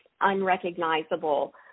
unrecognizable